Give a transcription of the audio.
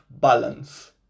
balance